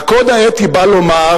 והקוד האתי בא לומר: